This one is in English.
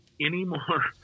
anymore